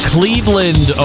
Cleveland